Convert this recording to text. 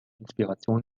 inspiration